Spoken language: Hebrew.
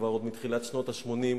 עוד מתחילת שנות ה-80,